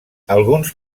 alguns